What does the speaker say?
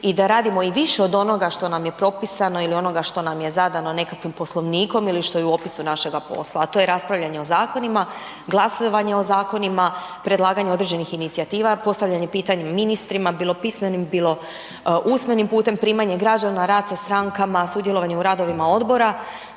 i da radimo i više od onoga što nam je propisano ili onoga što nam je zadano nekakvim poslovnikom ili što je u opisu našega posla a to je raspravljanje o zakonima, glasovanje o zakonima, predlaganje određenih inicijativa, postavljanje pitanja ministrima bilo pismenim, bilo usmenim putem, primanje građana, rad sa strankama, sudjelovanje u radovima odbora.